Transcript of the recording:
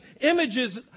images